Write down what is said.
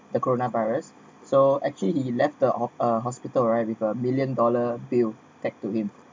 the coronavirus so actually he left the a hospital right with a million dollar bill tagged to him